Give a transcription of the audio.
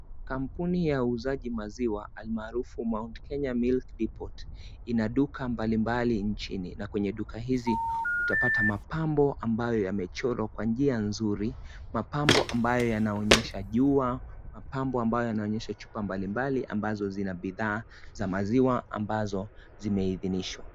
Kampuni ya uuzaji maziwa almarufu Mt. Kenya Milk Depot. Ina duka mbalimbali nchini, na kwenye duka hizi, utapata mapambo ambayo ya mechorwa kwa njia nzuri, mapambo ambayo yanaonyesha jua, mapambo ambalo yanaonyesha chupa mbalimbali ambazo zina bidhaa za maziwa ambazo zimehidinishwa.